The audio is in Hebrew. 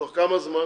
תוך כמה זמן?